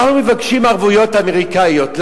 אנחנו מבקשים ערבויות אמריקניות.